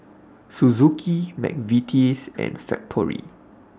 Suzuki Mcvitie's and Factorie